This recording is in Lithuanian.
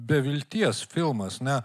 be vilties filmas ne